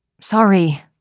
Sorry